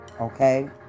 Okay